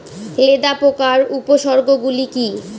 লেদা পোকার উপসর্গগুলি কি কি?